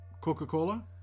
Coca-Cola